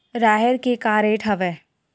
राहेर के का रेट हवय?